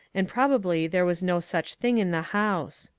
and probably there was no such thing in the house.